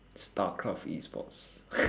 starcraft E sports